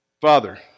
Father